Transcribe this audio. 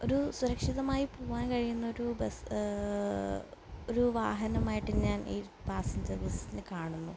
ഒരു സുരക്ഷിതമായി പോവാൻ കഴിയുന്നൊരു ബസ്സ് ഒരു വാഹനമായിട്ട് ഞാൻ ഈ പാസഞ്ചർ ബസ്സിനെ കാണുന്നു